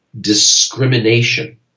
discrimination